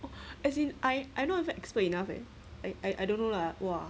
as in I I not even expert enough leh I I don't know lah !wah!